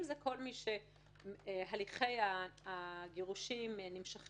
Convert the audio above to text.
אם מדובר לגבי כל מי שהליכי הגירושין נמשכים